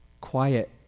quiet